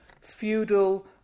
feudal